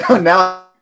Now